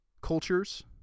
cultures